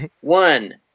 One